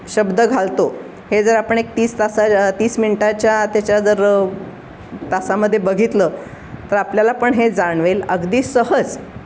शब्द घालतो हे जर आपण एक तीस तास तीस मिनटाच्या त्याच्या जर तासामध्ये बघितलं तर आपल्याला पण हे जाणवेल अगदी सहज